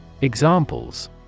Examples